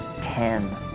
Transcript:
ten